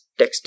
texting